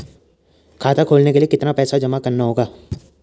खाता खोलने के लिये कितना पैसा जमा करना होगा?